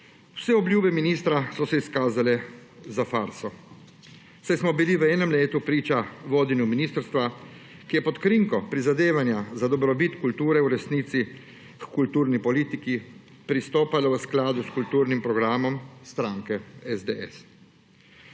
Vse obljube ministra so se izkazale za farso, saj smo bili v enem letu priča vodenju ministrstva, ki je pod krinko prizadevanja za dobrobit kulture v resnici h kulturni politiki pristopalo v skladu s kulturnim programom stranke SDS.